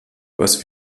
was